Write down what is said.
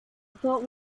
thought